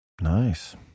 Nice